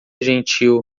gentil